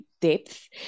depth